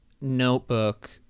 notebook